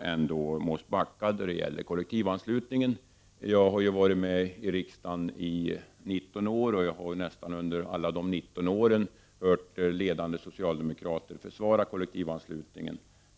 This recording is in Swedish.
ändå har måst backa — det gäller kollektivanslutningen. Jag har varit med i riksdagen i 19 år. Under nästan alla de åren har jag hört ledande socialdemokrater försvara kollektivanslutningen.